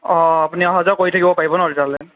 অঁ আপুনি অহা যোৱা কৰি থাকিব পাৰিব ন' তেতিয়াহ'লে